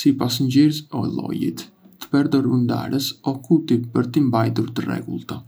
sipas ngjyrës o llojit, të përdorur ndarës o kuti për t'i mbajtur të rregullta.